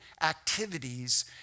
activities